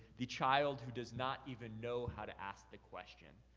the child who does not even know how to ask the question.